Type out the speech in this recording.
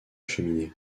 cheminée